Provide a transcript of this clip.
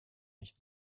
nicht